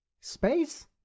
Space